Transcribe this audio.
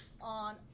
on